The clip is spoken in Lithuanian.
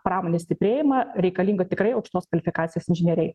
pramonės stiprėjimą reikalinga tikrai aukštos kvalifikacijos inžinieriai